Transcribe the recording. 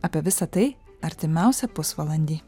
apie visa tai artimiausią pusvalandį